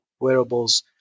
wearables